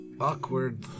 Awkward